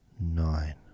nine